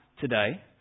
today